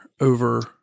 over